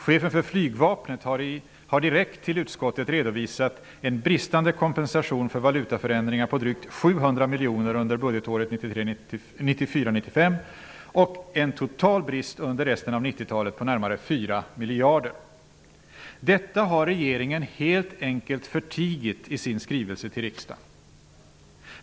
Chefen för flygvapnet har direkt till utskottet redovisat en bristande kompensation för valutaförändringar på drygt 700 miljoner under budgetåret 1994/95 och en total brist under resten av 90-talet på närmare 4 miljarder. Detta har regeringen helt enkelt förtigit i sin skrivelse till riksdagen.